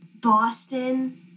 Boston